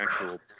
actual